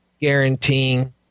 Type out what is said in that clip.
guaranteeing